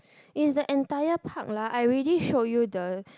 it is the entire part lah I already showed you the